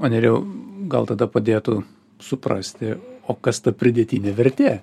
o nerijau gal tada padėtų suprasti o kas ta pridėtinė vertė